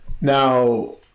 now